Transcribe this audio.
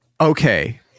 Okay